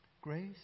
Grace